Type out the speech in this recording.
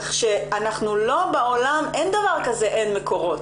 כך שאנחנו לא בעולם, אין דבר כזה 'אין מקורות'